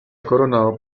coronado